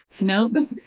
No